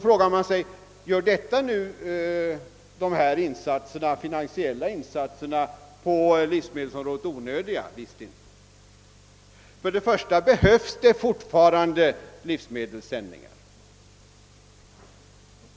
Frågan blir då: Gör detta de finansiella insatserna på livsmedelsområdet onödiga? Nej, visst inte. Det behövs fortfarande livsmedelssändningar.